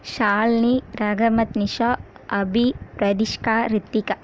Shalini Rahmat Nisha Abhi Pratishka Ritika